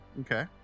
Okay